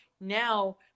now